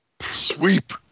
Sweep